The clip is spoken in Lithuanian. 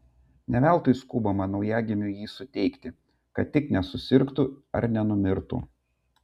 ne veltui skubama naujagimiui jį suteikti kad tik nesusirgtų ar nenumirtų